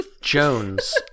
jones